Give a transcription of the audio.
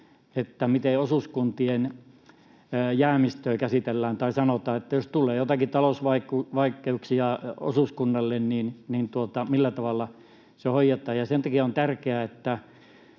miten osuuskuntien jäämistöjä käsitellään, tai siinä suhteessa, että, sanotaan, jos tulee jotakin talousvaikeuksia osuuskunnalle, niin millä tavalla se hoidetaan. Sen takia on tärkeää, että